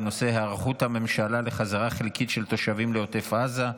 בנושא: היערכות הממשלה לחזרה חלקית של תושבים לעוטף עזה.